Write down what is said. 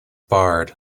barred